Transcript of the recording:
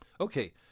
Okay